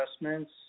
investments